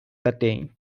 thirteen